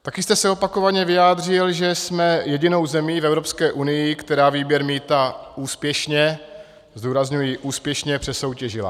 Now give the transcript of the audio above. Taky jste se opakovaně vyjádřil, že jsme jedinou zemí v Evropské unii, která výběr mýta úspěšně zdůrazňuji úspěšně přesoutěžila.